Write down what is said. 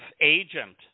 agent